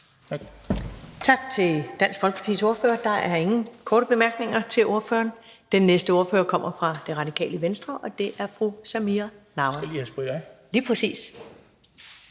Tak til Dansk Folkepartis ordfører. Der er ingen korte bemærkninger til ordføreren. Den næste ordfører kommer fra Det Radikale Venstre, og det er fru Samira Nawa. Velkommen til den radikale ordfører.